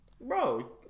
Bro